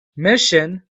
mission